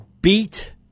beat